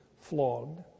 flogged